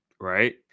Right